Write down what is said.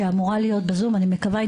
שאמורה להיות בזום אני מקווה,